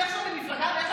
כי היא עכשיו ממפלגה אחרת,